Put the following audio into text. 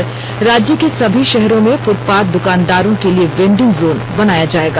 और राज्य के सभी शहरों में फ्टपाथ द्कानदारों के लिए वेंडिंग जोन बनाया जाएगा